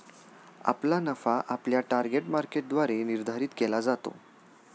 आपला नफा आपल्या टार्गेट मार्केटद्वारे निर्धारित केला जातो